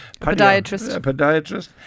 podiatrist